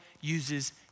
uses